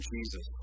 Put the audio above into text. Jesus